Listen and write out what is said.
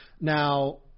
Now